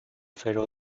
非洲